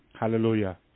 Hallelujah